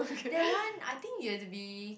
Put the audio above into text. that one I think you have to be